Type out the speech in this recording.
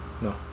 no